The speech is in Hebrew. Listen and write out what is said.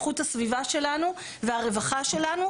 איכות הסביבה שלנו והרווחה שלנו,